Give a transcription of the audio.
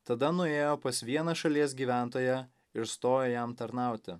tada nuėjo pas vieną šalies gyventoją ir stojo jam tarnauti